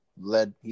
led